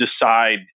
decide